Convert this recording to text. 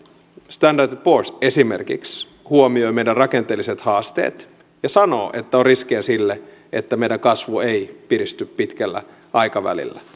standard poors esimerkiksi huomioi meidän rakenteelliset haasteemme ja sanoo että on riskejä siihen että meidän kasvu ei piristy pitkällä aikavälillä